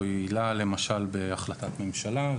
או עילה למשל בהחלטת ממשלה.